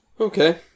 Okay